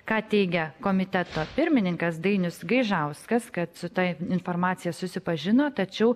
ką teigia komiteto pirmininkas dainius gaižauskas kad su ta informacija susipažino tačiau